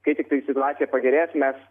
kai tiktai situacija pagerės mes